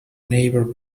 neighbor